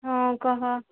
ହଁ କୁହ